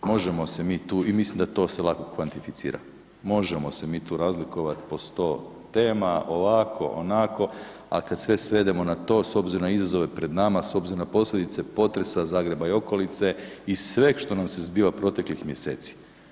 Možemo se mi tu i mislim da to se lako kvantificira, možemo se mi tu razlikovati po 100 tema, ovako, onako, a kad sve svedemo na to, s obzirom na izazove pred nama, s obzirom na posljedice potresa Zagreba i okolice i sveg što nam se zbiva proteklih mjeseci.